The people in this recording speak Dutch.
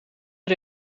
een